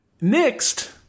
Next